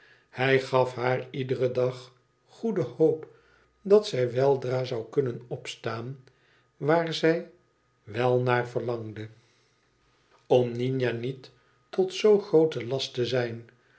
hij gaf haar iederen dag goede hoop dat zij weldra zou kunnen opstaan waar zij wel naar verlangde om nina niet tot zoo groote last te zijn